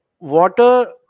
Water